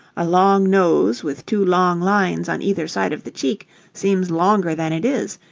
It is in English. a long nose with two long lines on either side of the cheek seems longer than it is,